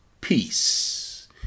peace